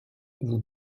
vous